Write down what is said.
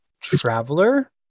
traveler